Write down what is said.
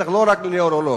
לא רק נוירולוג,